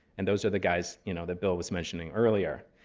and those are the guys you know that bill was mentioning earlier.